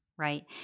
Right